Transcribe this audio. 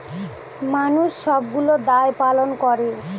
মানুষ সবগুলো দায় পালন করে